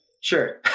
Sure